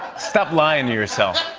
stop lying to yourself.